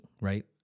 right